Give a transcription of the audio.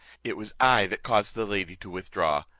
it was i that caused the lady to withdraw,